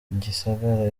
gisagara